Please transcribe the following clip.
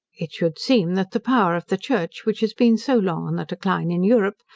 it should seem that the power of the church, which has been so long on the decline in europe,